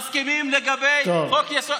מסכימים לגבי חוק-יסוד,